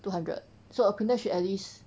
two hundred so a printer should at least